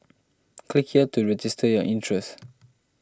click here to register your interest